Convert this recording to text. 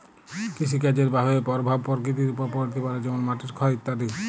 কৃষিকাজের বাহয়ে পরভাব পরকৃতির ওপর পড়তে পারে যেমল মাটির ক্ষয় ইত্যাদি